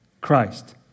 Christ